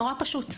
מאוד פשוט.